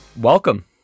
welcome